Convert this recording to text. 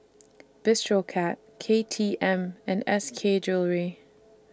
Bistro Cat K T M and S K Jewellery